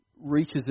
reaches